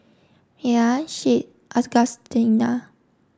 Miah Shade Augustina